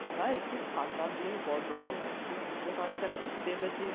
দাদা একটু ছাড় টার দিন পর্যটন যাত্রী বুঝতে পারছেন ঘুরতে এসেছি